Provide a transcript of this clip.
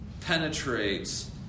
penetrates